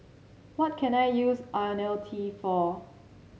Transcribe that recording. what can I use IoniL T for